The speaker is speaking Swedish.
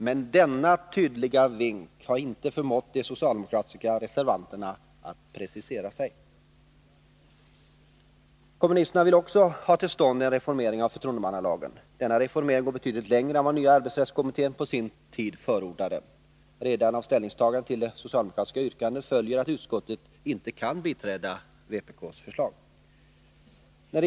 Men denna tydliga vink har inte förmått de socialdemokratiska reservanterna att precisera sig. Kommunisterna vill också ha till stånd en reformering av förtroendemannalagen. Denna reformering går betydligt längre än vad nya arbetsrättskommittén på sin tid förordade. Redan av ställningstagandet till det socialdemokratiska yrkandet följer att utskottet inte kan biträda vpk:s förslag.